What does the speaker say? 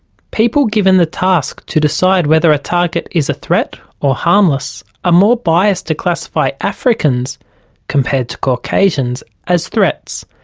people given the task to decide whether a target is a threat or harmless are ah more biased to classify africans compared to caucasians as threats,